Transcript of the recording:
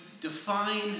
define